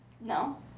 No